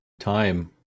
time